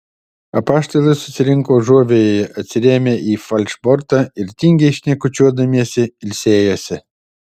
apaštalai susirinko užuovėjoje atsirėmę į falšbortą ir tingiai šnekučiuodamiesi ilsėjosi